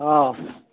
অঁ